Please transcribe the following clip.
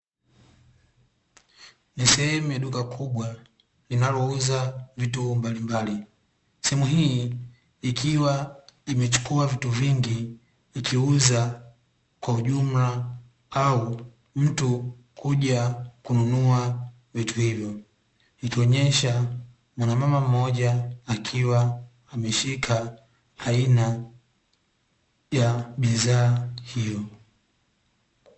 Ni sehemu ya duka kubwa linalouza vitu mbalimbali, sehemu hii ikiwa imechukua vitu vingi ikiuza kwa ujumla au mtu kuja kununua vitu hivyo ikionyesha mwanamama mmoja akiwa ameshika aina ya bidhaa hiyo.